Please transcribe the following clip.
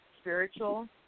Spiritual